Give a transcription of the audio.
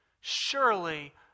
Surely